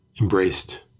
Embraced